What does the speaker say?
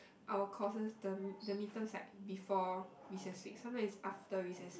our courses the the mid terms like before recess week sometimes is after recess week